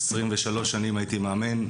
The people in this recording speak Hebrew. עשרים ושלוש שנים הייתי מאמן.